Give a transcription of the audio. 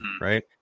right